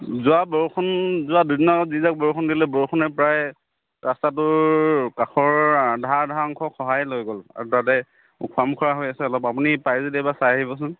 যোৱা বৰষুণ যোৱা দুদিনৰ আগত যিজাক বৰষুণ দিলে বৰষুণে প্ৰায় ৰাস্তাটোৰ কাষৰ আধা আধা অংশ খহাই লৈ গ'ল আৰু তাতে ওখোৰা মোখোৰা হৈ আছে অলপ আপুনি পাৰে যদি এবাৰ চাই আহিবচোন